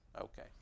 Okay